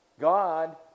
God